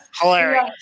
Hilarious